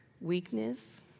weakness